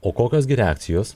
o kokios gi reakcijos